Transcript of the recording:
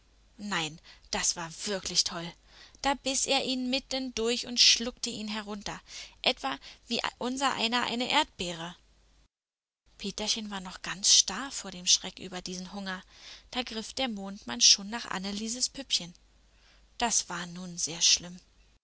nein das war wirklich toll da biß er ihn mitten durch und schluckte ihn herunter etwa wie unsereiner eine erdbeere peterchen war noch ganz starr von dem schreck über diesen hunger da griff der mondmann schon nach annelieses püppchen das war nun sehr schlimm